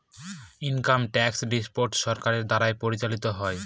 income tax department সরকারের দ্বারা পরিচালিত হয়